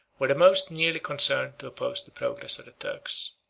were the most nearly concerned to oppose the progress of the turks.